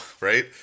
right